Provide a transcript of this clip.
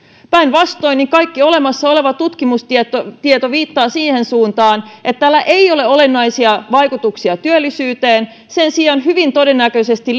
päinvastoin kaikki olemassa oleva tutkimustieto viittaa siihen suuntaan että tällä ei ole olennaisia vaikutuksia työllisyyteen sen sijaan tämä hyvin todennäköisesti